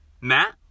Matt